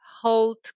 hold